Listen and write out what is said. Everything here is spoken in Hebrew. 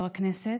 יו"ר הכנסת,